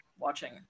watching